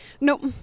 nope